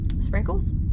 sprinkles